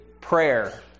prayer